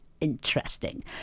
interesting